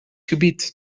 gebied